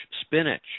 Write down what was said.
spinach